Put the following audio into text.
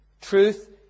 truth